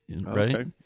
Right